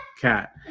cat